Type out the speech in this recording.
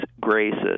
graces